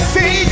Say